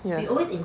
ya